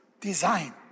design